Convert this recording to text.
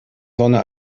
sonne